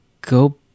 go